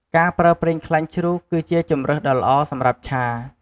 ការប្រើប្រេងខ្លាញ់ជ្រូក គឺជាជម្រើសដ៏ល្អសម្រាប់ឆា។